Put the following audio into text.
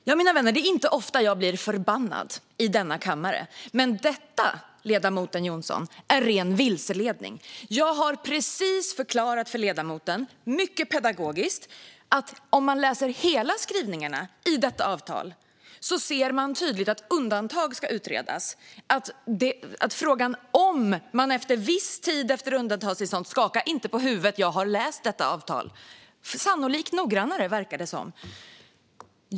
Fru talman! Ja, mina vänner, det är inte ofta jag blir förbannad i denna kammare. Men detta, ledamoten Jonsson, är ren vilseledning. Jag har precis förklarat för ledamoten, mycket pedagogiskt, att om man läser de fullständiga skrivningarna i avtalet kan man tydligt se att undantag ska utredas. Frågan är om man efter viss tid efter uppehållstillstånd ska införa avgifter. Skaka inte på huvudet, Anders W Jonsson! Jag har läst detta avtal - sannolikt noggrannare, verkar det som.